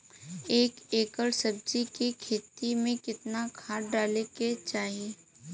एक एकड़ सब्जी के खेती में कितना खाद डाले के चाही?